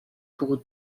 pour